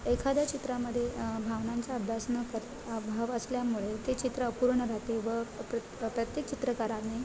एखाद्या चित्रामध्ये भावनांचा अभ्यास न कर अभाव असल्यामुळे ते चित्र अपूर्ण राहते व प्र प्रत्येक चित्रकाराने